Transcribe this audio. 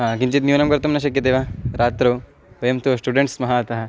हा किञ्चित् न्यूनं कर्तुं न शक्यते वा रात्रौ वयं तु स्टुडेण्ट्स् स्मः अतः